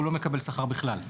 הוא לא מקבל שכר בכלל.